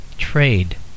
trade